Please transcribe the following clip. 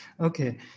Okay